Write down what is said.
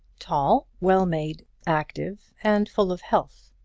tall, well-made, active, and full of health.